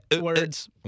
Words